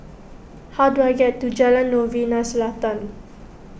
how do I get to Jalan Novena Selatan